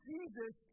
Jesus